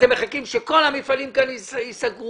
אתם מחכים שכל המפעלים כאן ייסגרו?